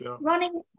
Running